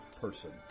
person